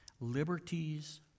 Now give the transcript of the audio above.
Liberties